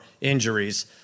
injuries